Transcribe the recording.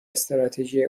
استراتژی